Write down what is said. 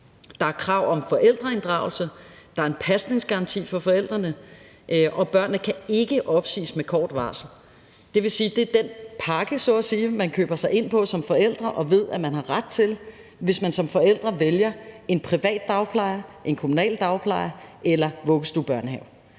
der er krav om forældreinddragelse; der er en pasningsgaranti for forældrene, og børnepasningen kan ikke opsiges med kort varsel. Det vil sige, at det er den pakke så at sige, man som forældre køber sig ind på og ved at man har ret til, hvis man som forældre vælger en privat dagpleje, en kommunal dagpleje eller vuggestue/børnehave.